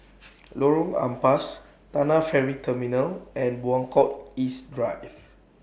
Lorong Ampas Tanah Ferry Terminal and Buangkok East Drive